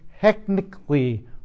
technically